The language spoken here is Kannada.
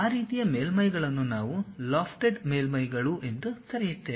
ಆ ರೀತಿಯ ಮೇಲ್ಮೈಗಳನ್ನು ನಾವು ಲೋಫ್ಟೆಡ್ ಮೇಲ್ಮೈಗಳು ಎಂದು ಕರೆಯುತ್ತೇವೆ